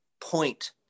point